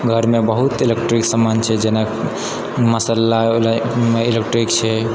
घरमे बहुत इलेक्ट्रिक सामान छै जेना मसालावला इलेक्ट्रिक छै